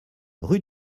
rue